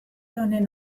honen